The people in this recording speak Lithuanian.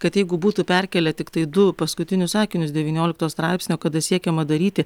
kad jeigu būtų perkėlę tiktai du paskutinius sakinius devyniolikto straipsnio kada siekiama daryti